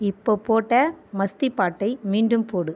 இப்போது போட்ட மஸ்தி பாட்டை மீண்டும் போடு